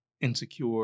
Insecure